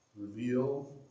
Reveal